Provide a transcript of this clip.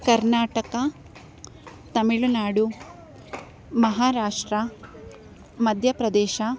Karnataka Tamil Nadu Maharashtra Madhya Pradesh